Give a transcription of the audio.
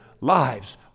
lives